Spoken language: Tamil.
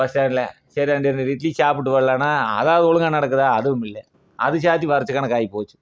பஸ்டாண்டில் சரி ரெண்டு இட்லி சாப்பிட்டு வரலான்னா அதாவது ஒழுங்காக நடக்குதா அதுவுமில்லை அது சாத்தி வருஷக்கணக்காக ஆகி போச்சு